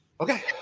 Okay